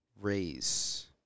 raise